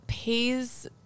Pays